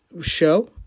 show